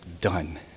done